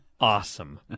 awesome